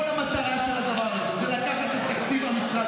כל המטרה של הדבר הזה היא לקחת את תקציב המשרד